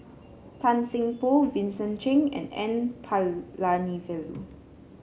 Tan Seng Poh Vincent Cheng and N Palanivelu